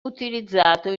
utilizzato